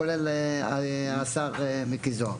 כולל השר מיקי זוהר.